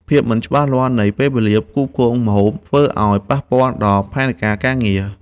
ភាពមិនច្បាស់លាស់នៃពេលវេលាផ្គត់ផ្គង់ម្ហូប ធ្វើឱ្យប៉ះពាល់ដល់ផែនការការងារ។